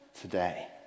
today